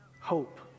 hope